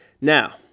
Now